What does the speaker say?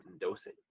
dosing